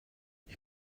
ich